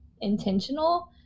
intentional